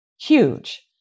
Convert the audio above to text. huge